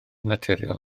naturiol